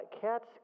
cats